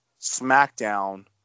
SmackDown